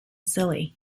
silly